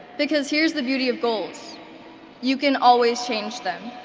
because here's the beauty of goals you can always change them.